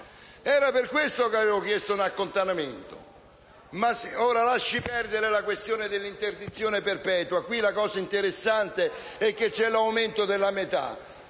È per questo che avevo chiesto un accantonamento. Ora lasciamo perdere la questione dell'interdizione perpetua; qui la cosa interessante è che c'è un aumento di pena